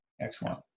Excellent